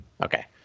Okay